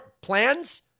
plans